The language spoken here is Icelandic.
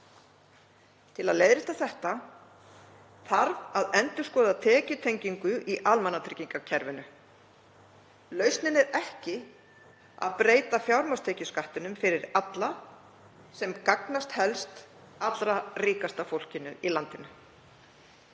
Til að leiðrétta þetta þarf að endurskoða tekjutengingu í almannatryggingakerfinu. Lausnin er ekki að breyta fjármagnstekjuskattinum fyrir alla sem gagnast helst allra ríkasta fólki landsins.